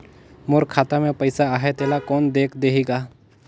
मोर खाता मे पइसा आहाय तेला कोन देख देही गा?